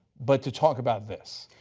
but to talk about this.